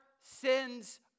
sins